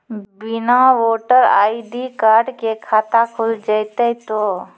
बिना voter ID card के खाता खुल जैते तो?